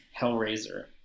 hellraiser